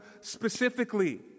specifically